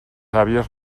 àvies